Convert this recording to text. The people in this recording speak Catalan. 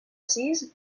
sis